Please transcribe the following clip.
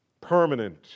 Permanent